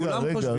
כולם חושבים כך.